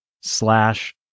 slash